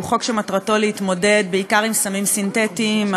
הוא חוק שמטרתו להתמודד בעיקר עם סמים סינתטיים,